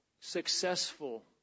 successful